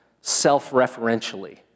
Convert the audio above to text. self-referentially